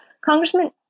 Congressman